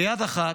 ביד אחת,